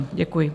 Děkuji.